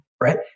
right